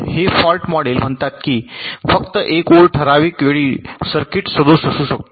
हे fault model म्हणतात की फक्त एक ओळ ठराविक वेळी सर्किट सदोष असू शकतो